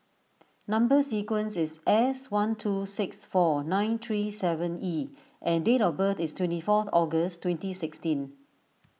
Number Sequence is S one two six four nine three seven E and date of birth is twenty fourth August twenty sixteen